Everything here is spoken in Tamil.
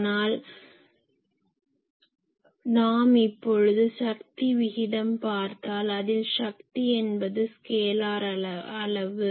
ஆனால் நாம் இப்பொழுது சக்தி விகிதம் பார்த்தால் அதில் சக்தி என்பது ஸ்கேலார் அளவு